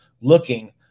looking